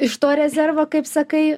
iš to rezervo kaip sakai